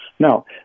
No